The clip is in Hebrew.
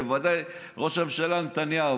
בוודאי ראש הממשלה נתניהו.